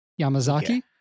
Yamazaki